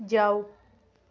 ਜਾਓ